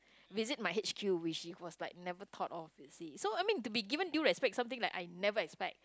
visit my h_q which is was like never thought of to see so I mean to be given due respect something like I never expect